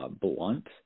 Blunt